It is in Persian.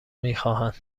میخواهند